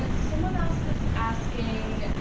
ah someone else is asking,